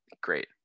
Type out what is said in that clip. great